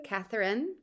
Catherine